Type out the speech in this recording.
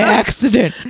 accident